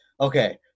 Okay